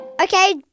Okay